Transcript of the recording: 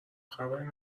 خبری